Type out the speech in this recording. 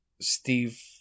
Steve